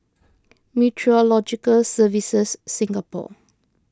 Meteorological Services Singapore